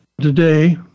today